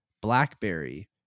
Blackberry